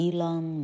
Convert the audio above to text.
Elon